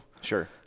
sure